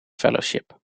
fellowship